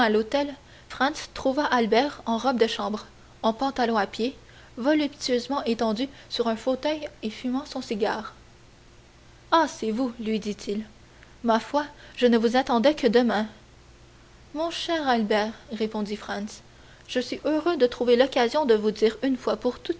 l'hôtel franz trouva albert en robe de chambre en pantalon à pied voluptueusement étendu sur un fauteuil et fumant son cigare ah c'est vous lui dit-il ma foi je ne vous attendais que demain mon cher albert répondit franz je suis heureux de trouver l'occasion de vous dire une fois pour